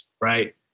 right